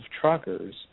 truckers